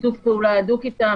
בשיתוף פעולה הדוק אתם.